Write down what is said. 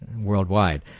worldwide